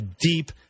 deep